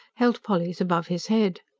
held polly's above his head.